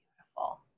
beautiful